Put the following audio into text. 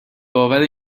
باور